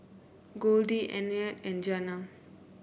Goldie Antonette and Jana